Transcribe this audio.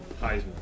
Heisman